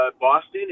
Boston